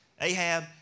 Ahab